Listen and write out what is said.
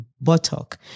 buttock